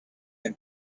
and